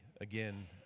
again